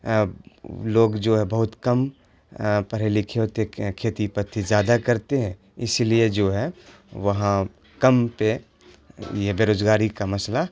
لوگ جو ہے بہت کم پڑھے لکھے ہوتے کھیتی پتی زیادہ کرتے ہیں اسی لیے جو ہے وہاں کم پہ یہ بے روزگاری کا مسئلہ